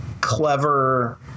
clever